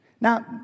Now